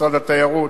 משרד התיירות,